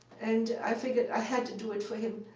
and i figured i had to do it for him,